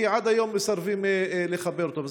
כי עד היום מסרבים לחבר אותם.